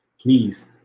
please